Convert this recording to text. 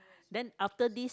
then after this